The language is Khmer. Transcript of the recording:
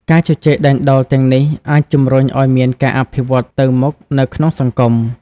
ការជជែកដេញដោលទាំងនេះអាចជំរុញឲ្យមានការអភិវឌ្ឍទៅមុខនៅក្នុងសង្គម។